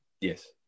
Yes